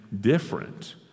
different